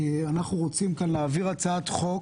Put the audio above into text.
רוצים כאן להעביר הצעת חוק